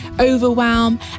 overwhelm